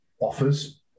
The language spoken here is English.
offers